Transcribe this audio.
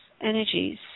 Energies